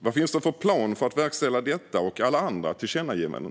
Vad finns det för plan för att verkställa detta och alla andra tillkännagivanden?